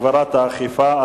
הגברת האכיפה),